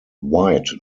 white